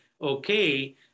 Okay